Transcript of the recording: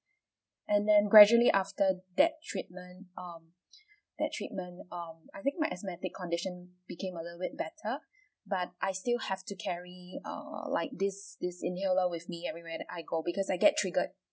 and then gradually after that treatment um that treatment um I think my asthmatic condition became a little bit better but I still have to carry err like this this inhaler with me everywhere I go because I get triggered